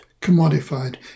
commodified